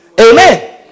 Amen